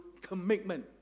commitment